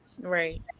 right